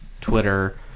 Twitter